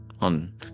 on